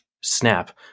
snap